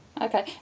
Okay